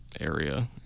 area